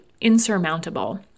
insurmountable